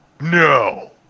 No